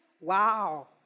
Wow